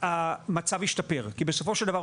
המצב ישתפר כי בסופו של דבר,